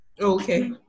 Okay